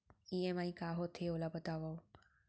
EMI का होथे, ओला बतावव